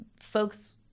folks